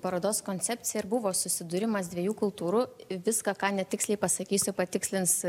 parodos koncepcija ir buvo susidūrimas dviejų kultūrų viską ką netiksliai pasakysiu patikslins